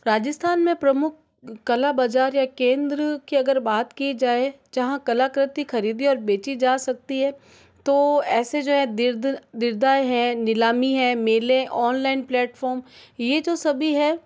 राजस्थान में प्रमुख कला बाज़ार या केंद्र की अगर बात की जाए जहाँ कलाकृति ख़रीदी और बेची जा सकती है तो ऐसे जो है दिर्द हैं नीलामी है मेले ऑनलाइन प्लेटफॉर्म ये जो सभी है